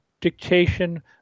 Dictation